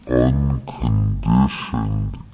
unconditioned